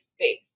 space